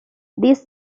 these